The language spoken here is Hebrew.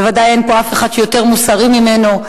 ודאי שאין פה אף אחד שיותר מוסרי ממנו,